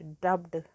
dubbed